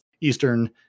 Eastern